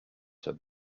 said